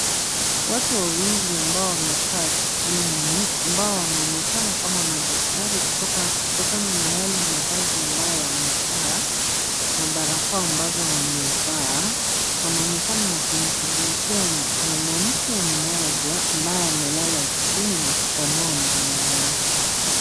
Watu wawili ambao wamekaa chini ambao wanaonekana kama madaktari kutokakana na yale mavazi ambayo wamevaa na barakoa ambazo wamevaa, wanaonekana wakimshughulikia mwanamke mmoja ambaye amelala chini na kupanua mdomo wake.